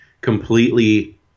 completely